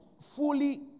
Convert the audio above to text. fully